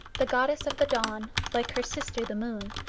the goddess of the dawn, like her sister the moon,